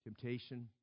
temptation